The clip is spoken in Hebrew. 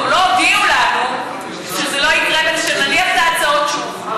גם לא הודיעו לנו שזה לא יקרה ושנניח את ההצעות שוב.